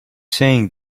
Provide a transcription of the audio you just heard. saying